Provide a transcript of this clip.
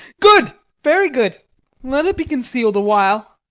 good, very good let it be conceal'd awhile.